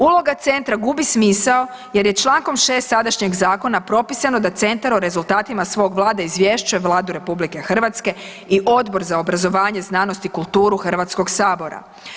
Uloga centra gubi smisao jer je čl. 6. sadašnjeg zakona propisano da centar o rezultatima svog rada izvješćuje Vladu RH i Odbor za obrazovanje, znanost i kulturu Hrvatskog sabora.